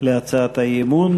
על הצעת האי-אמון.